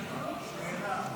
2024,